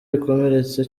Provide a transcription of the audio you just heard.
bikomeretsa